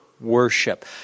worship